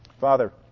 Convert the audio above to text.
Father